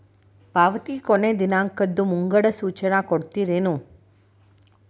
ಪಾವತಿ ಕೊನೆ ದಿನಾಂಕದ್ದು ಮುಂಗಡ ಸೂಚನಾ ಕೊಡ್ತೇರೇನು?